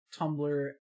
Tumblr